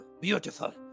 beautiful